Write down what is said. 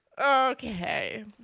Okay